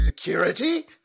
Security